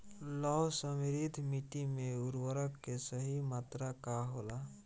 लौह समृद्ध मिट्टी में उर्वरक के सही मात्रा का होला?